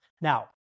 Now